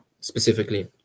specifically